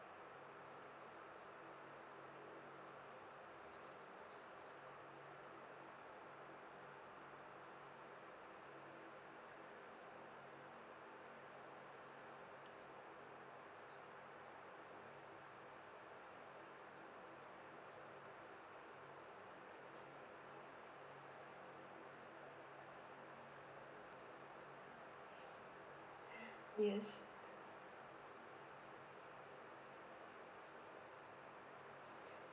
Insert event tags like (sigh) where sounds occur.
(breath) yes